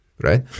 right